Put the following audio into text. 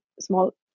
small